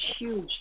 huge